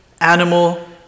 animal